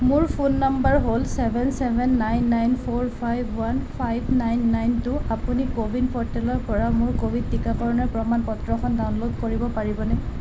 মোৰ phone number হ'ল seven seven nine nine four five one five nine nine two আপুনি CoWIN প'ৰ্টেলৰ পৰা মোৰ ক'ভিড টীকাকৰণৰ প্ৰমাণ পত্ৰখন ডাউনল'ড কৰিব পাৰিবনে